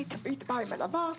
אני תמיד באה עם מלווה,